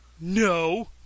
No